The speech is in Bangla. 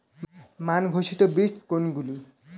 মান ঘোষিত বীজ কোনগুলি?